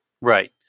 Right